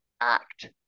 act